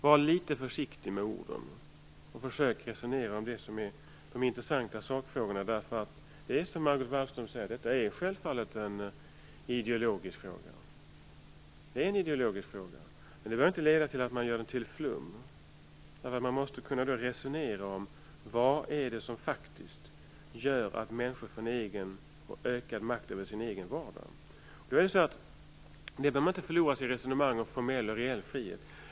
Var litet försiktig med orden, och försök resonera om det som är de intressanta sakfrågorna. Detta är självfallet, som Margot Wallström säger, en ideologisk fråga. Det är en ideologisk fråga, men det behöver inte leda till att man gör den till flum. Man måste ju kunna resonera om vad som faktiskt gör att människor får en ökad makt över sin egen vardag. För den delen behöver man emellertid inte förlora sig i resonemang om reell och formell frihet.